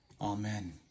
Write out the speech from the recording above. Amen